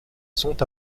sont